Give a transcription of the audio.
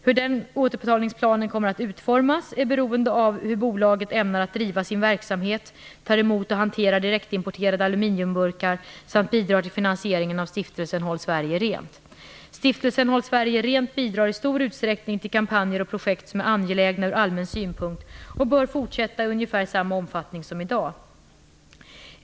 Hur denna återbetalningsplan kommer att utformas är beroende av hur bolaget ämnar att driva sin verksamhet, tar emot och hanterar direktimporterade aluminiumburkar samt bidrar till finansieringen av stiftelsen Håll Sverige Stiftelsen Håll Sverige Rent bidrar i stor utsträckning till kampanjer och projekt som är angelägna ur allmän synpunkt och bör fortsätta i ungefär samma omfattning som i dag.